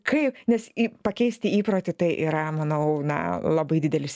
kaip nes į pakeisti įprotį tai yra manau na labai didelis